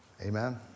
Amen